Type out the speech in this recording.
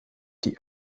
die